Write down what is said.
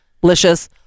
delicious